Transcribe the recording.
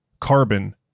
carbon